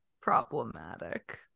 problematic